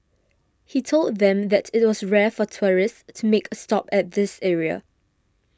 he told them that it was rare for tourists to make a stop at this area